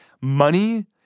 Money